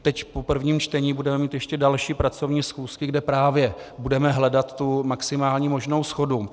Teď po prvním čtení budeme mít ještě další pracovní schůzky, kde právě budeme hledat tu maximální možnou shodu.